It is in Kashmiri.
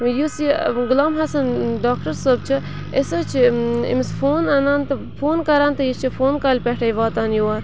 یُس یہِ غلام حسن ڈاکٹر صٲب چھِ أسۍ حظ چھِ أمِس فون اَنان تہٕ فون کَران تہٕ یہِ چھِ فون کالہِ پٮ۪ٹھَے واتان یور